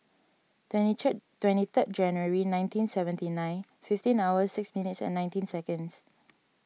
twenty three twenty third January nineteen seventy nine fifteen hours six minutes and nineteen seconds